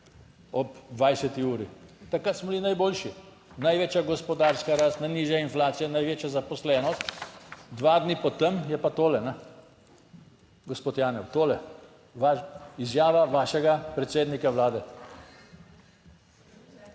ob 20-uri - takrat smo bili najboljši. Največja gospodarska rast, najnižja inflacija, največja zaposlenost. Dva dni po tem je pa tole, gospod Janev, tole, izjava vašega predsednika Vlade.